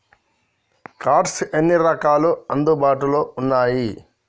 Cards ఎన్ని రకాలు అందుబాటులో ఉన్నయి?